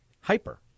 hyper